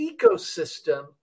ecosystem